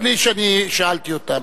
בלי ששאלתי אותם.